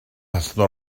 allan